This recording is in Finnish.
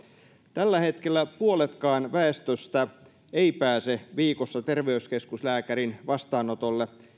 tällä hetkellä puoletkaan väestöstä ei pääse viikossa terveyskeskuslääkärin vastaanotolle